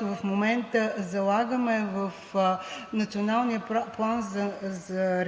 в момента залагаме в Националния план за маркетинг